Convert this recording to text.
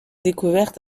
découvertes